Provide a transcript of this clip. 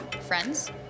friends